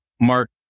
Mark